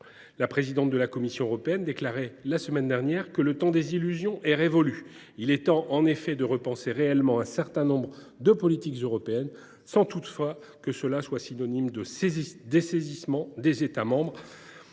La présidente de la Commission européenne déclarait la semaine dernière que le temps des illusions était révolu. Il est temps, en effet, de repenser réellement un certain nombre de politiques européennes, sans toutefois que cela soit synonyme de dessaisissement des États membres,